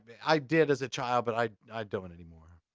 but i did as a child, but i i don't anymore.